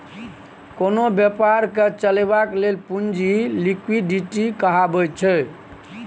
कोनो बेपारकेँ चलेबाक लेल पुंजी लिक्विडिटी कहाबैत छै